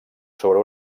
sobre